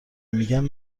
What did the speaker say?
میگن